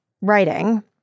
writing